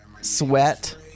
sweat